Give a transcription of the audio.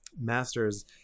Masters